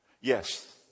Yes